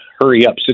hurry-up